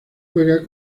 juega